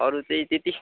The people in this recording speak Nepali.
अरू त्यही त्यति